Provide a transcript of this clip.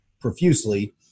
profusely